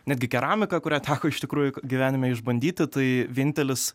netgi keramika kurią teko iš tikrųjų gyvenime išbandyti tai vienintelis